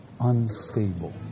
unstable